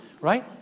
Right